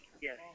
Yes